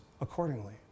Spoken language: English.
accordingly